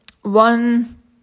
one